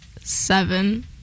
seven